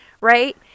right